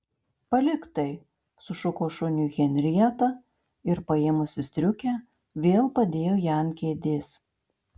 palik tai sušuko šuniui henrieta ir paėmusi striukę vėl padėjo ją ant kėdės